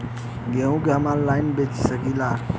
गेहूँ के हम ऑनलाइन बेंच सकी ला?